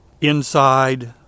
inside